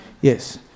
Yes